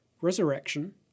Resurrection